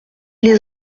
les